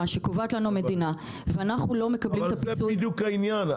שקובעת לנו המדינה ואנחנו לא מקבלים את הפיצוי --- אבל זה בדיוק העניין,